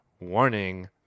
warning